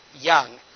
young